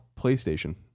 playstation